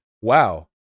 Wow